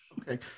Okay